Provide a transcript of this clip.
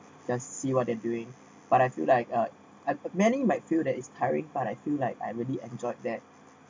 just see what they're doing but I feel like uh uh many might feel that it's tiring but I feel like I really enjoyed that